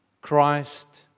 Christ